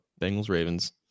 Bengals-Ravens